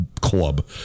club